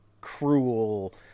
cruel